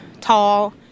tall